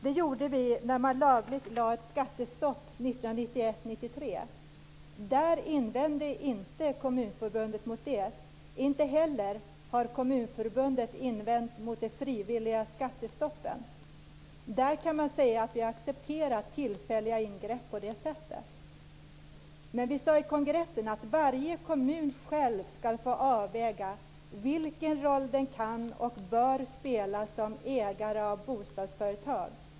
Det gjorde vi när man lagligt lade ett skattestopp 1991 1993. Där invände inte Kommunförbundet mot det, inte heller har Kommunförbundet invänt mot de frivilliga skattestoppen." Man kan säga att vi accepterar tillfälliga ingrepp på det sättet. Men vi sade på kongressen att varje kommun själv skall få avväga vilken roll den kan och bör spela som ägare av bostadsföretag.